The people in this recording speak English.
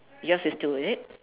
yours is two is it